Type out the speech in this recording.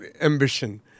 ambition